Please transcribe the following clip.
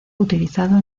utilizado